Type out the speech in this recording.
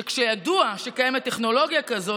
שכשידוע שקיימת טכנולוגיה כזאת,